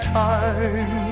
time